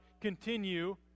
continue